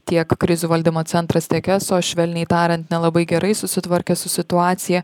tiek krizių valdymo centras tiek eso švelniai tariant nelabai gerai susitvarkė su situacija